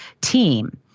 team